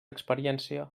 experiència